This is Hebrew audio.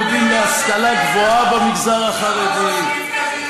ללימודים להשכלה גבוהה במגזר החרדי,